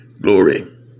Glory